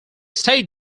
state